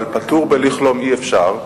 אבל פטור בלא כלום אי-אפשר.